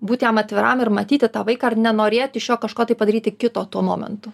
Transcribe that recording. būti jam atviram ir matyti tą vaiką ir nenorėt iš jo kažko tai padaryti kito tuo momentu